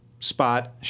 spot